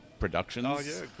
productions